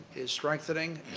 is strengthening,